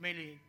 נדמה לי,